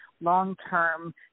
long-term